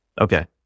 Okay